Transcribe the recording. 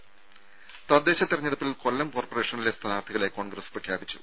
രുദ തദ്ദേശ തെരഞ്ഞെടുപ്പിൽ കൊല്ലം കോർപ്പറേഷനിലെ സ്ഥാനാർത്ഥികളെ കോൺഗ്രസ് പ്രഖ്യാപിച്ചു